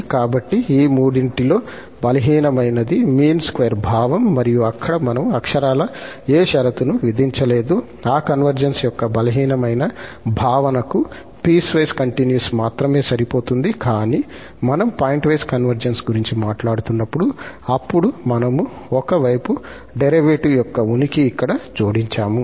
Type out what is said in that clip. కాబట్టి ఈ మూడింటిలో బలహీనమైనది మీన్ స్క్వేర్ భావం మరియు అక్కడ మనము అక్షరాలా ఏ షరతును విధించలేదు ఆ కన్వర్జెన్స్ యొక్క బలహీనమైన భావనకు పీస్ వైస్ కంటిన్యూస్ మాత్రమే సరిపోతుంది కానీ మనం పాయింట్వైస్ కన్వర్జెన్స్ గురించి మాట్లాడుతున్నప్పుడు అప్పుడు మనము ఒక వైపు డెరివేటివ్ యొక్క ఉనికి ఇక్కడ జోడించాము